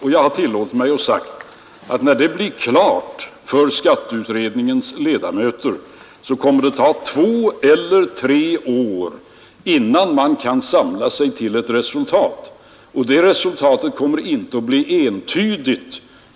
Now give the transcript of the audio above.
Jag har också tillåtit mig att säga att när detta blir klart för skatteutredningens ledamöter, så kommer det att ta två eller tre år innan man kan samla sig till ett resultat, och det resultatet kommer inte att bli entydigt.